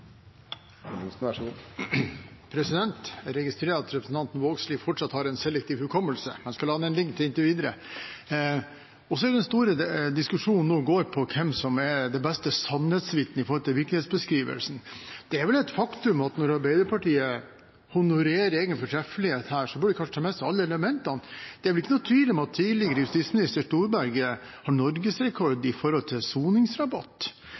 Jeg registrerer at representanten Vågslid fortsatt har en selektiv hukommelse. Jeg skal det ligge inntil videre. Den store diskusjonen nå går på hvem som er det beste sannhetsvitnet for virkeligheten. Det er vel et faktum at når Arbeiderpartiet honorerer egen fortreffelighet, så bør de kanskje ta med seg alle elementene. Det er vel ikke noen tvil om at tidligere justisminister Storberget har